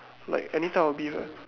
like any type of beef ah